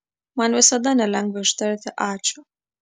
man visada nelengva ištarti ačiū